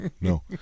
No